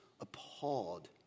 appalled